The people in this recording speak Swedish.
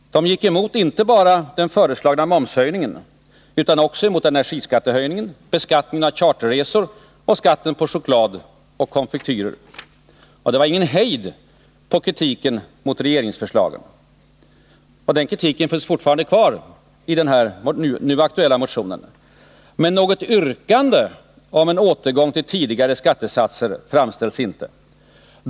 De gick emot inte bara den föreslagna momshöjningen utan också energiskattehöjningen, beskattningen av charterresor och skatten på choklad och konfektyrer. Det var ingen hejd på kritiken mot regeringsförslagen. Och den kritiken finns fortfarande kvar i den nu aktuella motionen. Men något yrkande om en återgång till tidigare skattesatser framställs inte.